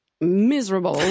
miserable